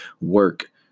work